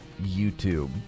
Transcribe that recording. YouTube